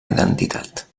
identitat